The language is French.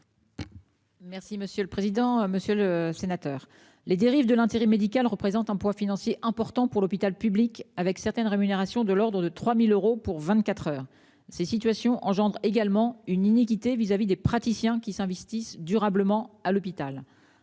Merci monsieur le président, monsieur le sénateur, les dérives de l'intérêt médical représente un poids financier important pour l'hôpital public avec certaines rémunérations de l'Ordre de 3000 euros pour 24h. Ces situations engendrent également une iniquité vis-à-vis des praticiens qui s'investissent durablement à l'hôpital